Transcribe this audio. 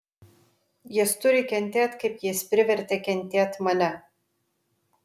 jis turi kentėt kaip jis privertė kentėt mane